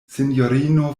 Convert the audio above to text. sinjorino